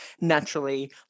Naturally